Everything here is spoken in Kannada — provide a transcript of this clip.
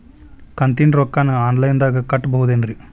ಕಂತಿನ ರೊಕ್ಕನ ಆನ್ಲೈನ್ ದಾಗ ಕಟ್ಟಬಹುದೇನ್ರಿ?